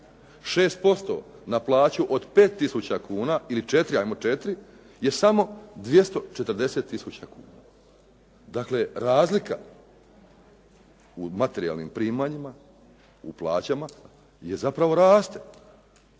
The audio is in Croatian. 6% na plaću od 5000 kn ili 4000, hajmo 4 je samo 240 kn. Dakle, razlika u materijalnim primanjima, u plaćama je zapravo raste.